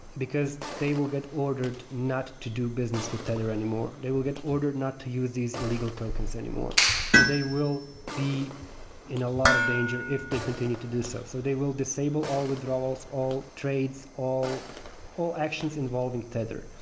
because they will get ordered not to do business with tether anymore. they will get ordered not to use these illegal tokens anymore and they will be in a lot of danger if they continue to do so. so they will disable all withdrawals, all trades, all all actions involving tether.